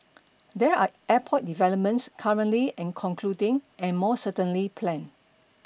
there are airport developments currently in concluding and more certainly planned